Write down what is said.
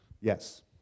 yes